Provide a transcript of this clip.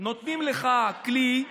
נותנים לך כלי,